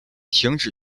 停止